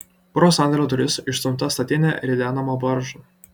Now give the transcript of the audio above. pro sandėlio duris išstumta statinė ridenama baržon